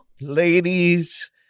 ladies